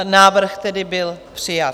Návrh tedy byl přijat.